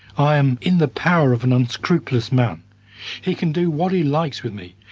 i am in the power of an unscrupulous man he can do what he likes with me,